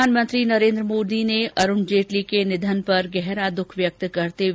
प्रधानमंत्री नरेन्द्र मोदी ने अरुण जेटली के निधन पर गहरा दुख व्यक्त किया है